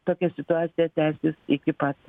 tokia situacija tęsis iki pat